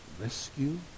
rescue